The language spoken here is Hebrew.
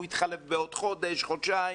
הוא יתחלף בעוד חודש חודשיים,